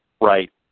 Right